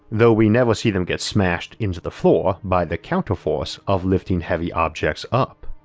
though we never see them get smashed into the floor by the counterforce of lifting heavy objects up.